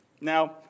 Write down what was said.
Now